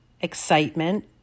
excitement